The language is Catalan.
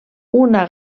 una